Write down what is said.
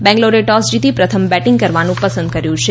બેંગલોરે toss જીતી પ્રથમ batting કરવાનું પસંદ કર્યું છે